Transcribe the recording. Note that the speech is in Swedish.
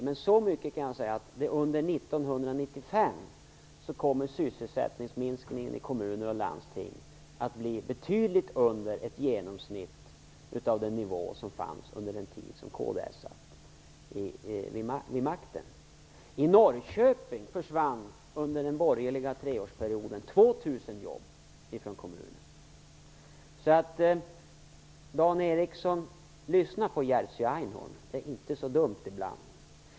Men så mycket kan jag säga, att under 1995 kommer sysselsättningsminskningen i kommuner och landsting att bli betydligt lägre än genomsnittsnivån under den tid kds satt vid makten. I Norrköping försvann 2 000 jobb i kommunen under den borgerliga regeringsperioden. Så, Dan Ericsson, lyssna på Jerzy Einhorn. Det är inte så dumt ibland.